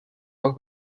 dos